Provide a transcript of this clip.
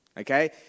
Okay